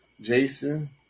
Jason